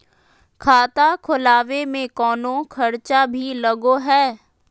खाता खोलावे में कौनो खर्चा भी लगो है?